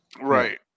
Right